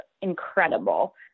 incredible